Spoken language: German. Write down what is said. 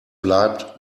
bleibt